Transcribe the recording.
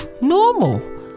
Normal